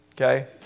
Okay